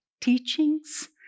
teachings